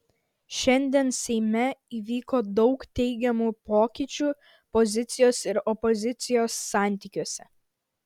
šiandien seime įvyko daug teigiamų pokyčių pozicijos ir opozicijos santykiuose